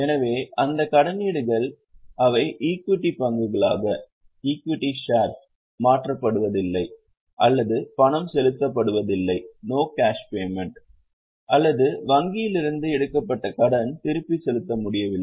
எனவே அந்த கடனீடுகள் அவை ஈக்விட்டி பங்குகளாக மாற்றப்படுவதில்லை அல்லது பணம் செலுத்தப்படுவதில்லை அல்லது வங்கியில் இருந்து எடுக்கப்பட்ட கடன் திருப்பிச் செலுத்த முடியவில்லை